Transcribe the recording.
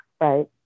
right